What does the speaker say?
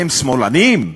אתם שמאלנים?